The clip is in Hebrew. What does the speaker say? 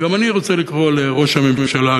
וגם אני רוצה לקרוא לראש הממשלה,